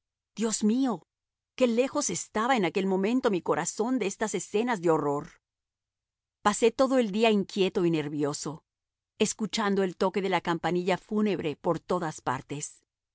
dios mío qué lejos estaba en aquel momento mi corazón de estas escenas de horror pasé todo el día inquieto y nervioso escuchando el toque de la campanilla fúnebre por todas partes